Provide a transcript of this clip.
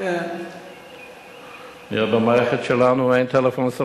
אומרים להם לכבות,